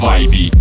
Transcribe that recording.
Vibe